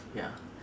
ya